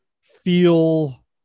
feel